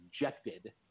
rejected